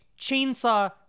chainsaw